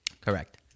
Correct